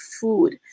food